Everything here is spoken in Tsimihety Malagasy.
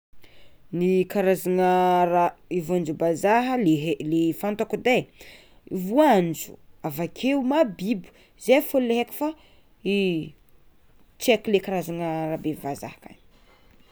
Ny karazagna raha i voanjombazaha le he- le fantako edy e: voanjo avakeo mahabibo, zay fôgna le haiko fa i tsy aiko le karazana be vazaha akagny.